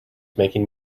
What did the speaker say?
making